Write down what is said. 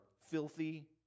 filthy